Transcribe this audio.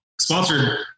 sponsored